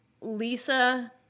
Lisa